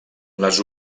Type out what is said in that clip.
les